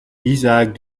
isaac